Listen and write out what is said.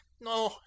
no